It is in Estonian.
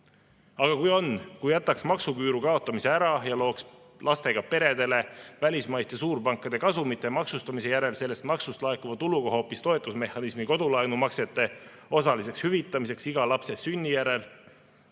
kui on? Kui jätaks maksuküüru kaotamise ära ja looks lastega peredele välismaiste suurpankade kasumite maksustamise järel sellest maksust laekuva tuluga hoopis toetusmehhanismi kodulaenumaksete osaliseks hüvitamiseks iga lapse sünni järel?